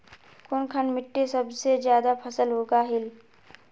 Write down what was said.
कुनखान मिट्टी सबसे ज्यादा फसल उगहिल?